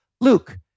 Luke